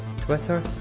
Twitter